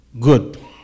Good